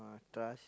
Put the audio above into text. trust